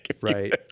right